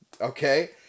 Okay